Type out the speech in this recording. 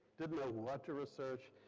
didnt know what to research,